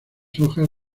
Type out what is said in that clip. hojas